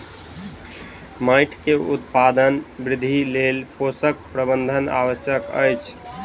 माइट के उत्पादन वृद्धिक लेल पोषक प्रबंधन आवश्यक अछि